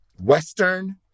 Western